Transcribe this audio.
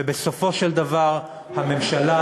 ובסופו של דבר הממשלה,